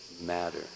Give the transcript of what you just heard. matter